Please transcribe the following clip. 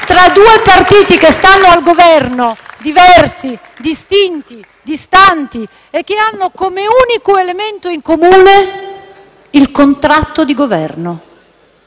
tra due partiti che stanno al Governo, diversi, distinti, distanti e che hanno come unico elemento in comune il contratto di Governo.